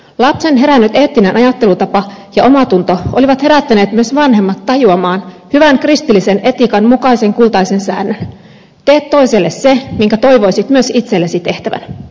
lapsen herännyt eettinen ajattelutapa ja omatunto olivat herättäneet myös vanhemmat tajuamaan hyvän kristillisen etiikan mukaisen kultaisen säännön tee toiselle se minkä toivoisit myös itsellesi tehtävän